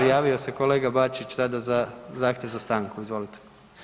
Javio se kolega Bačić sada za zahtjev za stanku, izvolite.